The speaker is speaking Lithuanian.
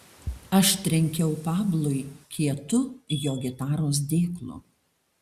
aš trenkiau pablui kietu jo gitaros dėklu